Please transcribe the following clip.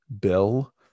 bill